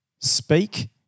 speak